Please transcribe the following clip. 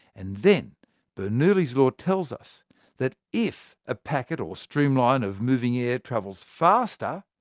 and then bernoulli's law tells us that if a packet or streamline of moving air travels faster,